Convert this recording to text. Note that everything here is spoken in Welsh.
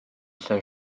lle